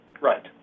Right